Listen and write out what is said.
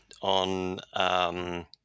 on